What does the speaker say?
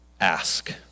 Ask